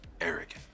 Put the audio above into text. arrogant